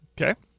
Okay